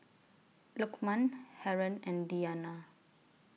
Lukman Haron and Diyana